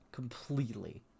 Completely